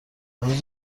امروز